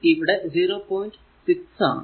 6 ആണ്